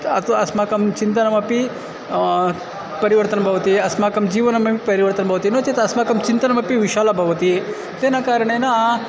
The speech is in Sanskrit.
अथवा अस्माकं चिन्तनमपि परिवर्तनं भवति अस्माकं जीवनमपि परिवर्तनं भवति नो चेत् अस्माकं चिन्तनमपि विशालं भवति तेन कारणेन